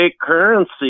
currency